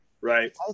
Right